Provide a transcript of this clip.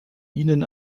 ihnen